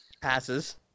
Passes